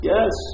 Yes